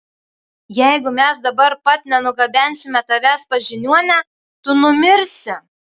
jeigu mes dabar pat nenugabensime tavęs pas žiniuonę tu numirsi